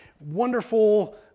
wonderful